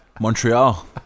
Montreal